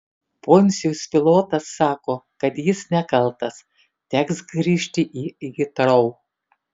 poncijus pilotas sako kad jis nekaltas teks grįžti į hitrou